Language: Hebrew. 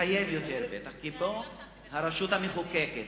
מחייב יותר, כי פה הרשות המחוקקת.